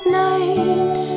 night